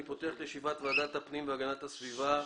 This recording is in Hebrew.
אני פותח את ישיבת ועדת הפנים והגנת הסביבה.